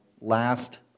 last